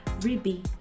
Ribby